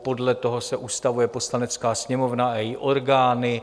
Podle toho se ustavuje Poslanecká sněmovna a její orgány.